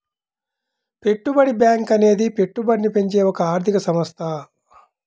పెట్టుబడి బ్యాంకు అనేది పెట్టుబడిని పెంచే ఒక ఆర్థిక సంస్థ